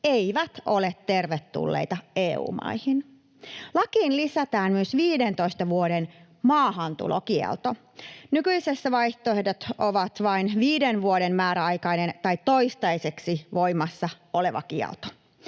eivät ole tervetulleita EU-maihin. Lakiin lisätään myös 15 vuoden maahantulokielto. Nykyisessä vaihtoehdot ovat vain viiden vuoden määräaikainen tai toistaiseksi voimassa oleva kielto.